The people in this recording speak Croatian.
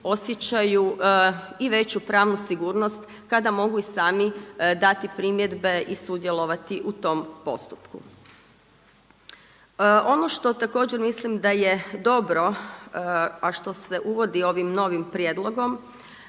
osjećaju i veću pravnu sigurnost kada mogu i sami dati primjedbe i sudjelovati u tom postupku. Ono što također mislim da je dobro a što se uvodi ovim novim prijedlogom